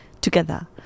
together